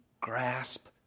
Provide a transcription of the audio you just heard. grasp